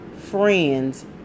friends